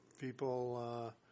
people